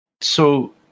So-